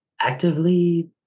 actively